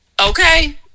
Okay